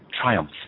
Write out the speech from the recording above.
triumph